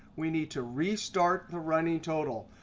we need to restart the running total.